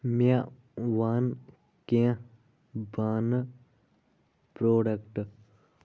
مےٚ وَن کینٛہہ بانہٕ پرٛوڈکٹ